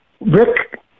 rick